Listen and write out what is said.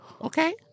Okay